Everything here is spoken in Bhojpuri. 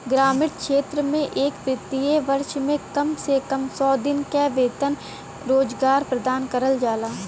ग्रामीण क्षेत्र में एक वित्तीय वर्ष में कम से कम सौ दिन क वेतन रोजगार प्रदान करल जाला